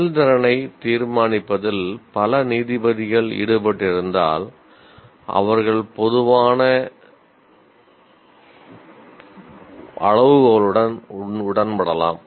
செயல்திறனை தீர்மானிப்பதில் பல நீதிபதிகள் ஈடுபட்டிருந்தால் அவர்கள் பொதுவாக ஒரு பொதுவான அளவுகோலுடன் உடன்படலாம்